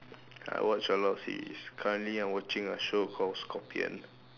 I watch a lot of series currently I'm watching a show called scorpion